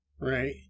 right